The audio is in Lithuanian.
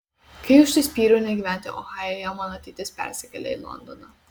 kai užsispyriau negyventi ohajuje mano ateitis persikėlė į londoną